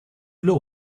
law